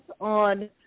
on